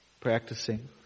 practicing